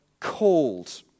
called